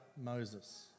Moses